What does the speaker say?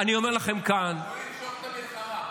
--- ימשוך את המלחמה.